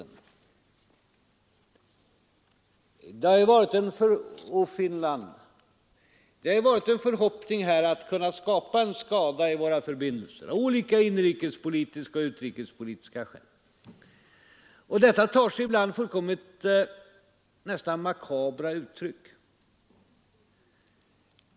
Av olika inrikesoch utrikespolitiska skäl har man på sina håll hyst förhoppningar om att kunna skada våra förbindelser med Finland, och detta har ibland tagit sig nära nog makabra uttryck.